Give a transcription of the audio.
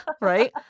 right